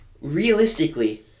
Realistically